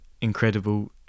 incredible